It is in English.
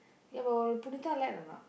ya but will Punitha let or not